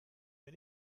mir